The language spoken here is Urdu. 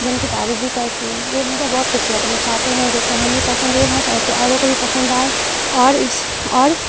جم کے تعریف بھی کرتی ہیں یہ بھاسا بہت کھوبصورت ہے ہم چاہتے ہیں جیسے ہمیں پسند ہے یہ بھاسا ویسے اوروں کو بھی پسند آئے اور اس اور